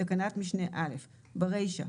בתקנת משנה (א)- (1)ברישה,